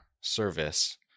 service